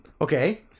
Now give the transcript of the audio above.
Okay